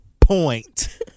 point